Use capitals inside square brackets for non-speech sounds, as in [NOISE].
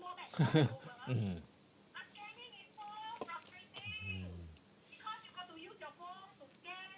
[LAUGHS] mm mm